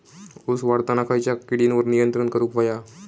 ऊस वाढताना खयच्या किडींवर नियंत्रण करुक व्हया?